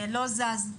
לא זז.